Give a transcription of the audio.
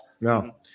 No